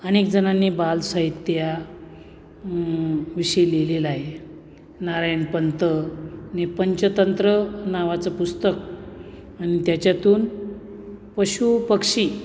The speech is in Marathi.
अनेक जणांनी बाल साहित्या विषयी लिहिलेला आहे नारायणपंतनी पंचतंत्र नावाचं पुस्तक आणि त्याच्यातून पशू पक्षी